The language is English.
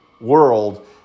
world